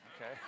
okay